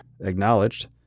acknowledged